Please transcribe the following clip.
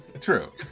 True